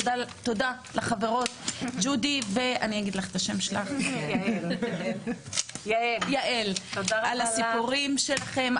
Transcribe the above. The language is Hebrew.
תודה לחברות ג'ודי ויעל על הסיפורים שלכן,